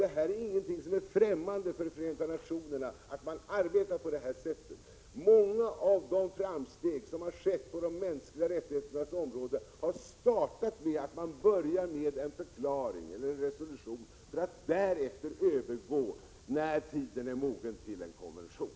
Det är inte främmande för Förenta nationerna att man arbetar på detta sätt. Många av de framsteg som har skett på de mänskliga rättigheternas område har börjat med en förklaring eller resolution för att därefter, när tiden är mogen, övergå till konvention.